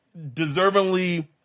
deservingly